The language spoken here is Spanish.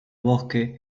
bosque